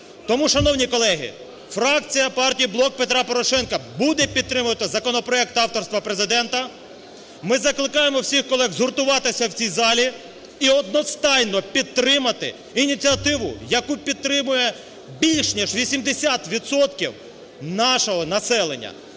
Тому, шановні колеги, фракція партії "Блок Петра Порошенка" буде підтримувати законопроект авторства Президента. Ми закликаємо всіх колег згуртуватися в цій залі і одностайно підтримати ініціативу, яку підтримує більш ніж 80 відсотків нашого населення.